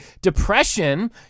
depression